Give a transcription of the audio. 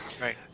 Right